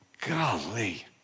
Golly